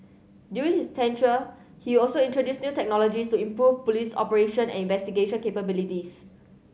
during his tenure he also introduced new technologies to improve police operation and investigation capabilities